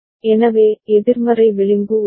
எனவே எதிர்மறை விளிம்பு உள்ளது